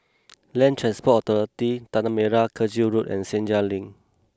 Land Transport Authority Tanah Merah Kechil Road and Senja Link